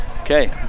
Okay